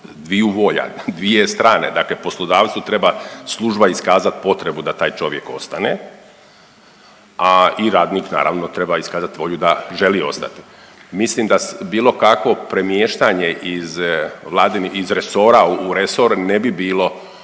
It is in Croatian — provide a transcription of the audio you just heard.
dviju volja, dvije strane. Dakle, poslodavcu treba služba iskazat potrebu da taj čovjek ostane, a i radnik naravno treba iskazat volju da želi ostati. Mislim da bilo kakvo premještanje iz resora u resor ne bi bilo